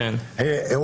אני חייב להגיד משהו.